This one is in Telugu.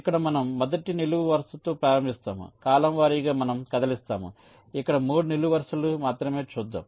ఇక్కడ మనం మొదటి నిలువు వరుసతో ప్రారంభిస్తాము కాలమ్ వారీగా మనం కదిలిస్తాము ఇక్కడ 3 నిలువు వరుసలు మాత్రమే చూద్దాం